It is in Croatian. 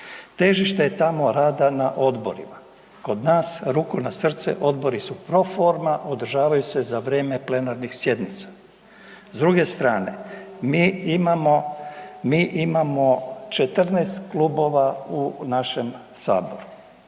Težište je tamo rada na odborima. Kod nas, ruku na srce, odbori su proforma. Održavaju se za vrijeme plenarnih sjednica. S druge strane mi imamo 14 klubova u našem Saboru.